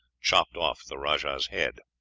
chopped off the rajah's head.